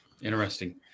Interesting